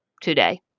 today